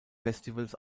festivals